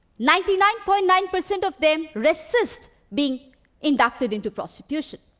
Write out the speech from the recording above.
ninety nine point nine percent of them resist being inducted into prostitution.